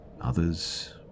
others